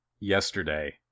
yesterday